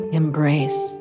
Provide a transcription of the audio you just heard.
embrace